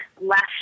left